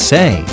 Say